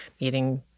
meeting